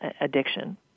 addiction